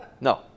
No